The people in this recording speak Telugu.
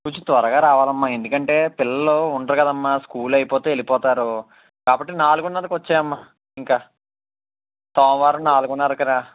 కొంచం త్వరగా రావాలమ్మా ఎందుకంటే పిల్లలు ఉండరు కదమ్మా స్కూల్ అయిపోతే వెళ్ళిపోతారు కాకపోతే నాలుగున్నరకి వచ్చేయమ్మా ఇంక సోమవారం నాలుగున్నరకి రా